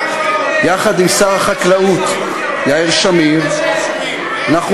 יחד עם שר החקלאות יאיר שמיר אנחנו